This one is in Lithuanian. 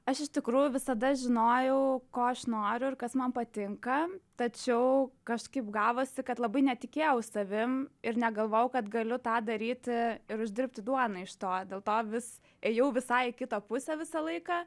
aš iš tikrųjų visada žinojau ko aš noriu ir kas man patinka tačiau kažkaip gavosi kad labai netikėjau savim ir negalvojau kad galiu tą daryti ir uždirbti duonai iš to dėl to vis ėjau visai į kitą pusę visą laiką